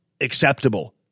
acceptable